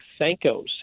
Sankos